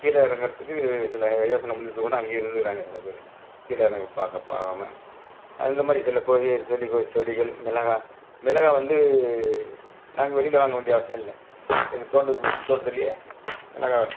கீழே இறங்கறதுக்கு சில யோசனை பண்ணிகிட்டுகூட அங்கே இருந்துகிறாங்க சில பேர் கீழே இறங்கி பார்க்க போகாம அந்தமாதிரி சில கொடிசெடிகள் செடிகள் மிளகாய் மிளகாய் வந்து நாங்கள் வெளியில் வாங்க வேண்டிய அவசியம் இல்லை எங்கள் தோட்டத்து வீட்டு தோட்டத்திலே மிளகாய்